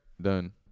done